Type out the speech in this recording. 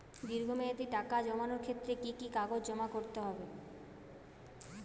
দীর্ঘ মেয়াদি টাকা জমানোর ক্ষেত্রে কি কি কাগজ জমা করতে হবে?